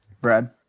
Brad